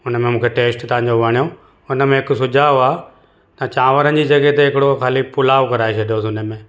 हुनमें मूंखे टेस्ट तव्हांजो वणियो हुनमें हिकु सुझाव आहे तव्हां चांवरनि जी जॻह ते हिकिड़ो ख़ाली पुलाओ घुराए छॾियोसि